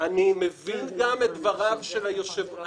אני מבין גם את דבריו של היושב-ראש,